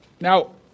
Now